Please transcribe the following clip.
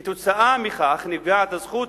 כתוצאה מכך נפגעת הזכות